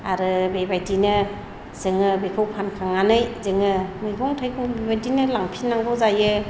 आरो बेबायदिनो जोङो बेखौ फानखांनानै जोङो मैगं थाइगं बेबायदिनो लांफिननांगौ जायो